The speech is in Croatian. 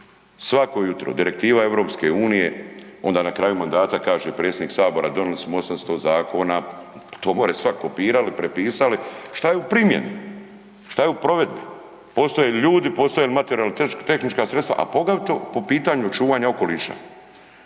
Svako jutro, direktiva EU, onda na kraju mandata kaže predsjednik Sabora, donijeli smo 800 zakona, to more svak, kopirali, prepisali, što je u primjeni, što je u provedbi? Postoje ljudi, postoje li materijalno-tehnička sredstva, a poglavito po pitanju čuvanja okoliša.